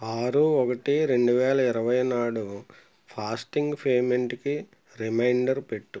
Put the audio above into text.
ఆరు ఒకటి రెండు వేల ఇరవై నాడు ఫాస్టింగ్ పేమెంటుకి రిమైండర్ పెట్టు